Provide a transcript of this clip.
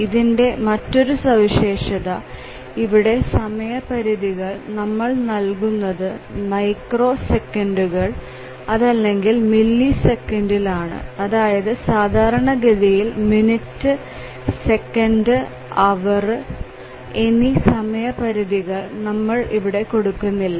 ഇതിന്റെ മറ്റൊരു സവിശേഷത ഇവിടെ സമയപരിധികൾ നമ്മൾ നൽകുന്നത് മൈക്രോ സെക്കൻഡുകൾ അതല്ലെങ്കിൽ മില്ലി സെക്കൻഡിലാണ് അതായത് സാധാരണഗതിയിൽ മിനിറ്റ് സെക്കൻഡ് അവർ എന്നീ സമയപരിധികൾ നമ്മളിവിടെ കൊടുക്കുന്നില്ല